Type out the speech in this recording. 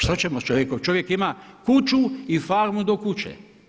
Što ćemo s čovjekom, čovjek ima kuću i farmu do kuće.